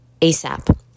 ASAP